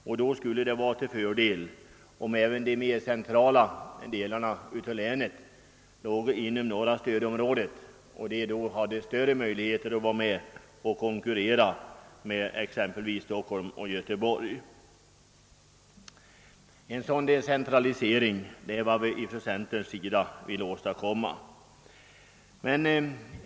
Därför skulle det vara till fördel om även de mera centrala delarna av länet låge inom det norra stödområdet. Därigenom skulle de har större möjligheter att kunna konkurrera med exempelvis Stockholm och Göteborg. En decentralisering av detta slag är vad vi från centern vill åstadkomma.